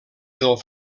del